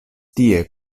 tie